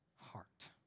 heart